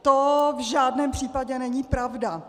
To v žádném případě není pravda.